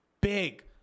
big